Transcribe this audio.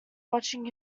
watching